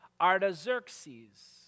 Artaxerxes